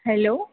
hello